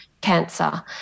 cancer